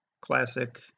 classic